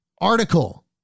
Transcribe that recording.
Article